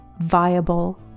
viable